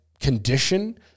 condition